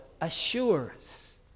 assures